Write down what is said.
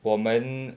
我们